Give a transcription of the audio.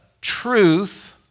truth